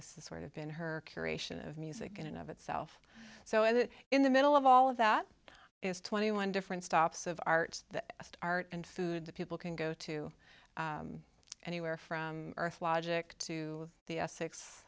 this is sort of been her creation of music in and of itself so that in the middle of all of that is twenty one different stops of art art and food that people can go to anywhere from earth logic to